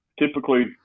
typically